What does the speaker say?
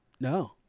No